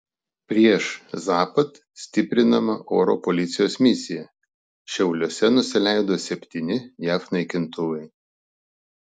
prieš zapad stiprinama oro policijos misija šiauliuose nusileido septyni jav naikintuvai